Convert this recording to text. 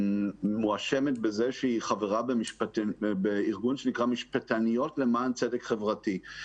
מואשמת בזה שהיא חברה בארגון שנקרא "משפטניות למען צדק חברתי",